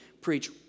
preach